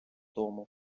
тому